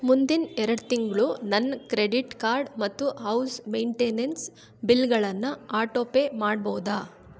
ಮುಂದಿನ ಎರಡು ತಿಂಗಳು ನನ್ನ ಕ್ರೆಡಿಟ್ ಕಾರ್ಡ್ ಮತ್ತು ಹೌಸ್ ಮೇಂಟೆನೆನ್ಸ್ ಬಿಲ್ಗಳನ್ನು ಆಟೊಪೇ ಮಾಡ್ಬೋದಾ